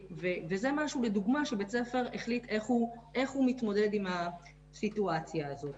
וזה משהו לדוגמה שבית ספר החליט איך הוא מתמודד עם הסיטואציה הזאת.